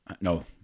no